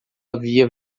havia